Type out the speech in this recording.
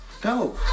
Go